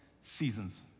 seasons